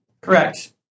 Correct